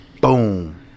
Boom